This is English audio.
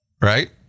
right